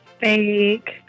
fake